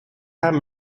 haben